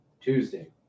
Tuesday